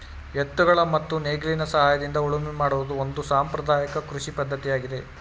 ಎತ್ತುಗಳ ಮತ್ತು ನೇಗಿಲಿನ ಸಹಾಯದಿಂದ ಉಳುಮೆ ಮಾಡುವುದು ಒಂದು ಸಾಂಪ್ರದಾಯಕ ಕೃಷಿ ಪದ್ಧತಿಯಾಗಿದೆ